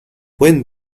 when